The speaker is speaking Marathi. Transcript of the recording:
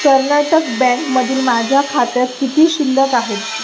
कर्नाटक बँकमधील माझ्या खात्यात किती शिल्लक आहेत